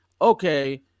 okay